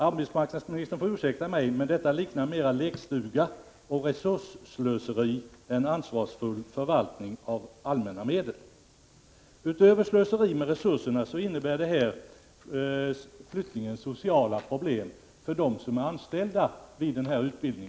Arbetsmarknadsministern får ursäkta, men detta liknar mera lekstuga och resursslöseri än ansvarsfull förvaltning av allmänna medel. Utöver slöseri med resurser innebär flyttningen sociala problem för dem som är anställda vid denna utbildning.